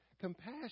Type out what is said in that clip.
compassion